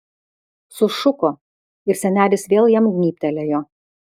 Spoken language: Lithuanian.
sušuko ir senelis vėl jam gnybtelėjo